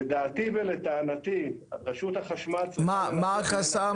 לדעתי ולטענתי, רשות החשמל צריכה --- מה החסם?